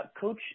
Coach